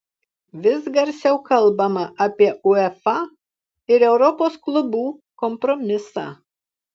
vis garsiau kalbama apie uefa ir europos klubų kompromisą